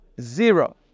zero